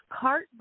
cart